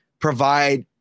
provide